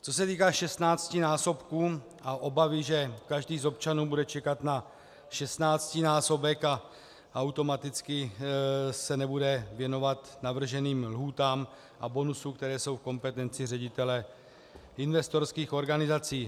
Co se týká šestnáctinásobku a obavy, že každý z občanů bude čekat na šestnáctinásobek a automaticky se nebude věnovat navrženým lhůtám a bonusu, které jsou v kompetenci ředitele investorských organizací.